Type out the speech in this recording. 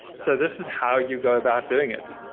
so this is how you go about doing it.